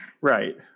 Right